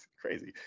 Crazy